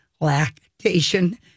lactation